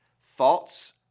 Thoughts